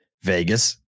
Vegas